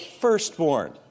firstborn